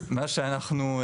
מה שאנחנו,